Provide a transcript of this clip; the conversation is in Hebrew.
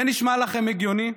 זה נשמע לכם הגיוני?